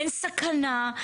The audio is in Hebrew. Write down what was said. אין סכנה,